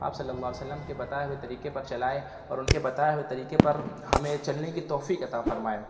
آپ صلی اللہ علیہ وسلم کے بتائے ہوئے طریقے پر چلائے اور اُن کے بتائے ہوئے طریقے پر ہمیں چلنے کی توفیق عطا فرمائے